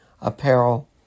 Apparel